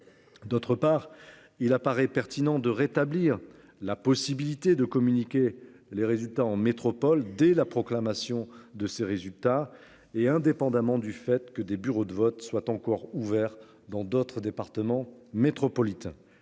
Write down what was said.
D'autre part, il apparaît pertinent de rétablir la possibilité de communiquer les résultats en métropole, dès la proclamation de ses résultats et indépendamment du fait que des bureaux de vote, soit encore ouvert dans d'autres départements métropolitains,